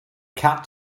cat